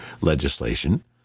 legislation